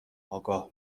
آگاه